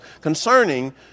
concerning